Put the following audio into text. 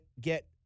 get